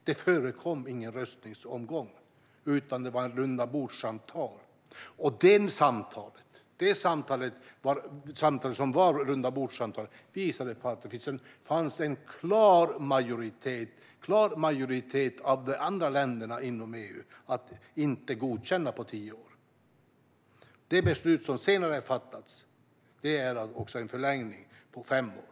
Det förekom ingen röstningsomgång, utan det var ett rundabordssamtal. Och det samtalet visade att det fanns en klar majoritet bland de andra länderna inom EU för att inte godkänna på tio år. Det beslut som senare har fattats är om en förlängning på fem år.